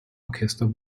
orchester